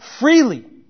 freely